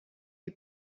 die